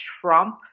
trump